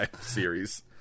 series